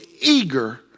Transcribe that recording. eager